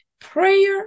Prayer